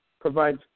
provides